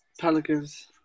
Pelicans